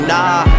Nah